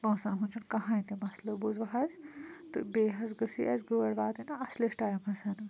پونٛسَن ہُنٛد چھُنہٕ کٕہٲنۍ تہِ مَسلہٕ بوٗزوٕ حظ تہٕ بیٚیہِ حظ گٔژھ یہِ اسہِ گٲڑۍ واتٕنۍ اصلِس ٹایمَس